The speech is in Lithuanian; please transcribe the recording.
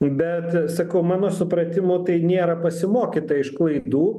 bet sakau mano supratimu tai nėra pasimokyta iš klaidų